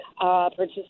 participate